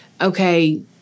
okay